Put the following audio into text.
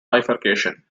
bifurcation